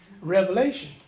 Revelation